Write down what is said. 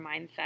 mindset